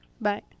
Bye